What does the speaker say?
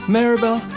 Maribel